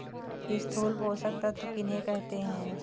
स्थूल पोषक तत्व किन्हें कहते हैं?